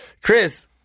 Chris